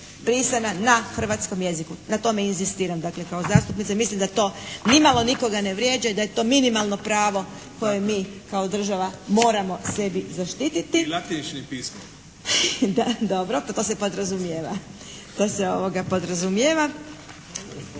na hrvatskom jeziku. Na tome inzistiram kao zastupnica i mislim da to ni malo nikoga ne vrijeđa i da je to minimalno pravo koje mi kao država moramo sebi zaštititi. … /Upadica se ne čuje./ … Dobro to se podrazumijeva. Ne znam da li sam